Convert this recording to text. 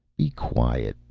be quiet.